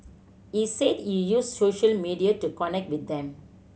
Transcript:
he said he use social media to connect with them